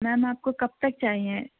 میم آپ کو کب تک چاہیے